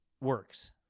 works